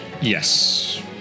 Yes